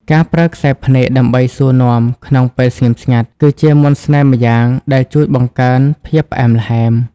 ការប្រើខ្សែភ្នែកដើម្បីសួរនាំក្នុងពេលស្ងៀមស្ងាត់ គឺជាមន្តស្នេហ៍ម្យ៉ាងដែលជួយបង្កើនភាពផ្អែមល្ហែម។